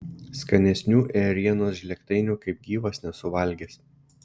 skanesnių ėrienos žlėgtainių kaip gyvas nesu valgęs